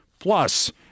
Plus